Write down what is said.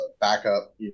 backup